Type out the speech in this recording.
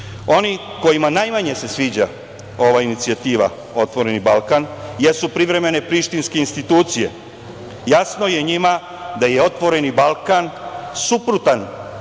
kojima se najmanje sviđa ova inicijativa „Otvoreni Balkan“ jesu privremene prištinske institucije. Jasno je njima da je „Otvoreni Balkan“ suprotan